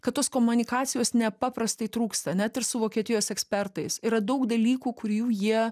kad tos komunikacijos nepaprastai trūksta net ir su vokietijos ekspertais yra daug dalykų kurių jie